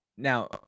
Now